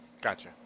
Gotcha